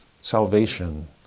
Salvation